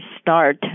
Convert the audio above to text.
start